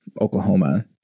Oklahoma